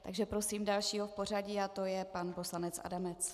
Takže prosím dalšího v pořadí a to je pan poslanec Adamec.